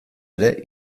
ere